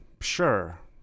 sure